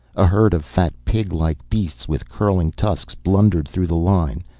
a herd of fat, piglike beasts with curling tusks, blundered through the line.